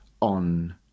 on